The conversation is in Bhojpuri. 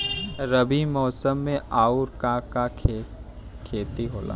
रबी मौसम में आऊर का का के खेती होला?